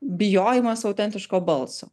bijojimas autentiško balso